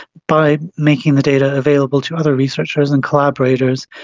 by making the data available to other researchers and collaborators,